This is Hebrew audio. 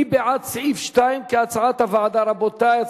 מי בעד סעיף 2 כהצעת הוועדה, רבותי?